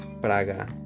Praga